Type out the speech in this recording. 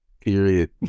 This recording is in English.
period